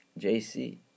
JC